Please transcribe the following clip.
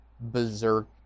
Berserk